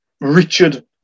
Richard